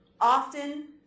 often